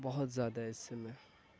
بہت زیادہ ہیں اس سمئے